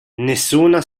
nessuna